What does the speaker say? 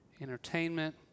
entertainment